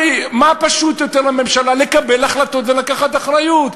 הרי מה פשוט יותר לממשלה מאשר לקבל החלטות ולקחת אחריות?